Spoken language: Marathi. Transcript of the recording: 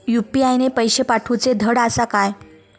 यू.पी.आय ने पैशे पाठवूचे धड आसा काय?